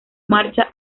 marcha